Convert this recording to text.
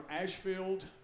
Ashfield